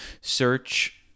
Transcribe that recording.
search